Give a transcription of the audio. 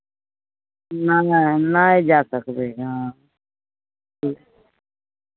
नहि नहि नहि जा सकबै हँ ठीक